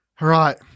right